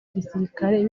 gisirikare